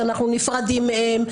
שאנחנו נפרדים מהם.